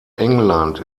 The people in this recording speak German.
england